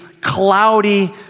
cloudy